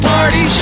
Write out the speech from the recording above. Party